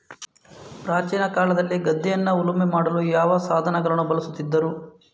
ಪ್ರಾಚೀನ ಕಾಲದಲ್ಲಿ ಗದ್ದೆಯನ್ನು ಉಳುಮೆ ಮಾಡಲು ಯಾವ ಸಾಧನಗಳನ್ನು ಬಳಸುತ್ತಿದ್ದರು?